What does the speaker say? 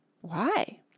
Why